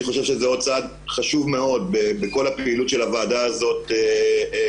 אני חושב שזה עוד צעד חשוב מאוד בכל הפעילות של הוועדה הזאת נגד